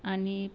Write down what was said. आनि